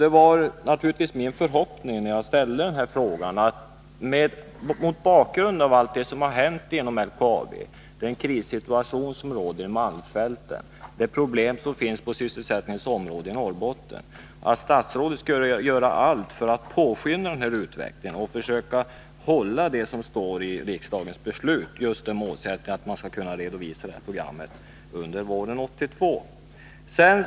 Det var naturligtvis min förhoppning när jag ställde frågan, att statsrådet — mot bakgrund av allt det som har hänt inom LKAB, den krissituation som råder i malmfälten och de problem som finns på sysselsättningsområdet i Norrbotten — skulle göra allt för att påskynda utvecklingen och försöka hålla det som står i riksdagens beslut, dvs. målsättningen att man skall kunna redovisa det här programmet under våren 1982.